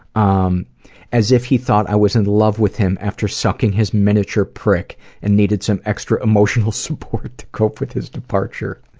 um as if he thought i was in love with him after sucking his miniature prick and needed some extra emotional support to cope with his departure.